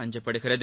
அஞ்சப்படுகிறது